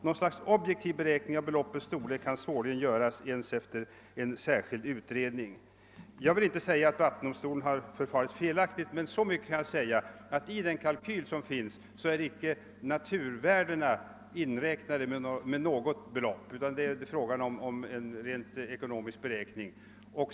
——— Något slags objektiv beräkning av beloppets storlek kan svårligen göras ens efter särskild utredning.> Jag vill inte säga att vattendomstolen har förfarit felaktigt, men så mycket kan jag säga att i den kalkyl som finns är inte naturvärdena inräknade med något belopp, utan det är fråga om en rent ekonomisk beräkning.